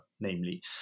namely